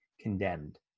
condemned